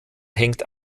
hängt